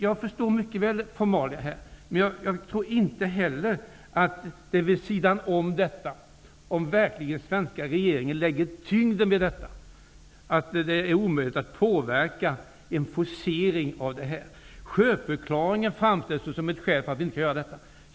Jag förstår mycket väl att det finns formalia att följa. Om den svenska regeringen verkligen lägger tyngd vid ärendet tror jag inte heller att det är omöjligt att påverka en forcering. Sjöfarklaringen framställs som ett skäl för att inte göra detta.